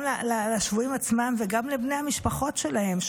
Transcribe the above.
גם השבויים עצמם וגם בני המשפחות שלהם,